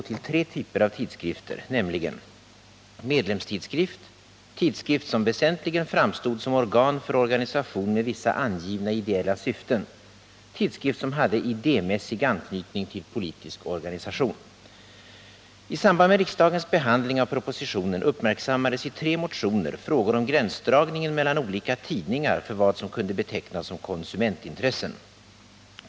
I samband med riksdagens behandling av propositionen uppmärksammades i tre motioner frågor om gränsdragningen mellan olika tidningar för vad som kunde betecknas som konsumentintressen.